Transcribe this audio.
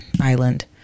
island